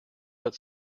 but